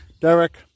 Derek